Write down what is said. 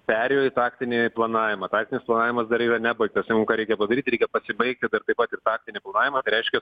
perėjo į taktinį planavimą taktinis planavimas dar yra nepbaigtas jum ką reikia padaryt reikia pasibaigti dar taip pat ir taktinį planavimą tai reiškia